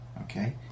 okay